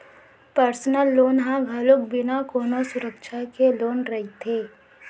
personal loan ह घलोक बिना कोनो सुरक्छा के लोन रहिथे